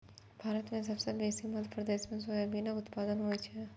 भारत मे सबसँ बेसी मध्य प्रदेश मे सोयाबीनक उत्पादन होइ छै